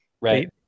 right